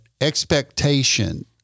expectation